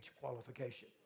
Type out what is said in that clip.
qualification